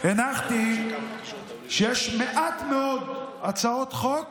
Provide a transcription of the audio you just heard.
הנחתי שיש מעט מאוד הצעות חוק